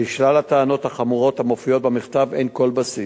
ולשלל הטענות החמורות המופיעות במכתב אין כל בסיס.